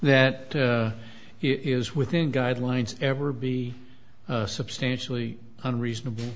that it is within guidelines ever be substantially on reasonable